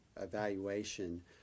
evaluation